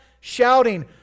shouting